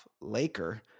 Laker